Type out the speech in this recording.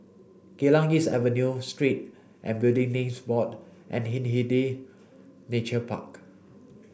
Geylang East Avenue Street and Building Names Board and Hindhede Nature Park